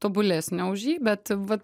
tobulesnio už jį bet vat